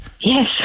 Yes